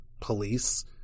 police